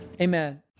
amen